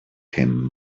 him